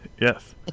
Yes